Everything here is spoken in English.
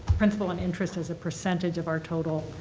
principal and interest as a percentage of our total,